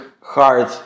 hard